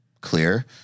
clear